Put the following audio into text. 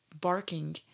barking